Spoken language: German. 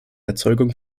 erzeugung